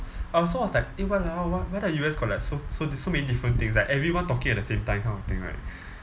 I also was like eh !walao! why why the U_S got like so so so many different things like everyone talking at the same time kind of thing right